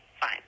fine